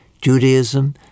Judaism